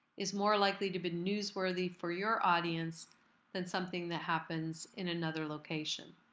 is more likely to be newsworthy for your audience than something that happens in another location.